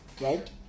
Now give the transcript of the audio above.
right